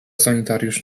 sanitariusz